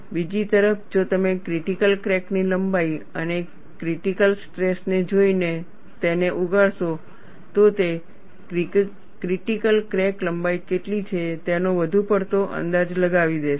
બીજી તરફ જો તમે ક્રિટીકલ ક્રેક ની લંબાઈ અને ક્રિટીકલ સ્ટ્રેસ ને જોઈને તેને ઉગાડશો તો તે ક્રિટીકલ ક્રેક લંબાઈ કેટલી છે તેનો વધુ પડતો અંદાજ લાવી દેશે